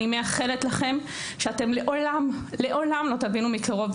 אני מאחלת לכם שאתם לעולם לא תבינו מקרוב,